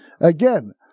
Again